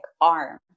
arm